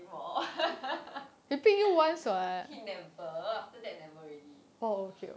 he never after that never already